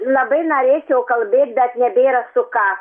labai norėčiau kalbėt bet nebėra su ką